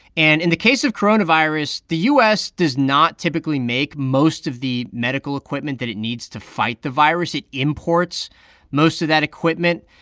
and in the case of coronavirus, the u s. does not typically make most of the medical equipment that it needs to fight the virus. it imports most of that equipment.